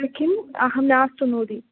किम् अहं नास्तु मोदि